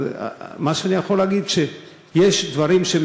אז מה שאני יכול להגיד הוא שיש דברים שהם